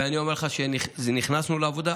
ואני אומר לך שנכנסנו לעבודה.